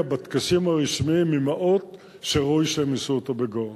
בטקסים הרשמיים עם האות שראוי שהם יישאו אותו בגאון.